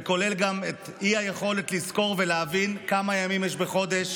זה כולל גם את האי-יכולת לזכור ולהבין כמה ימים יש בחודש